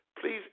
please